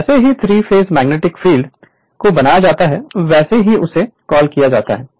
जैसे ही 3 phase magnetic field को बनाया जाता है वैसे ही उसे कॉल किया जाता है